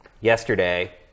yesterday